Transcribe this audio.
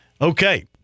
Okay